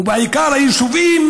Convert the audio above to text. ובעיקר ביישובים